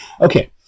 okay